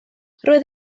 roedd